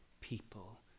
people